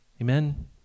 Amen